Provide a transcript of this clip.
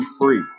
free